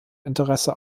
interesse